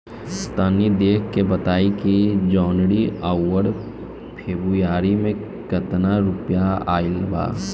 तनी देख के बताई कि जौनरी आउर फेबुयारी में कातना रुपिया आएल बा?